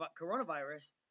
coronavirus